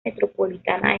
metropolitana